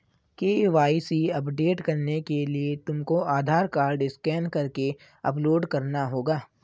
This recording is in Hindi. के.वाई.सी अपडेट करने के लिए तुमको आधार कार्ड स्कैन करके अपलोड करना होगा